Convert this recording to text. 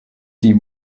die